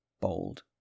bold